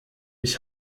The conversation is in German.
ich